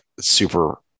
super